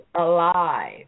alive